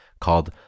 called